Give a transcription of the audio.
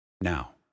Now